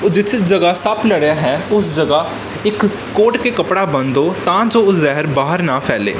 ਉਹ ਜਿੱਥੇ ਜਗ੍ਹਾ ਸੱਪ ਲੜਿਆ ਹੈ ਉਸ ਜਗ੍ਹਾ ਇੱਕ ਘੁੱਟ ਕੇ ਕੱਪੜਾ ਬੰਨ੍ਹ ਦਿਉ ਤਾਂ ਜੋ ਉਹ ਜ਼ਹਿਰ ਬਾਹਰ ਨਾ ਫੈਲੇ